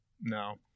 no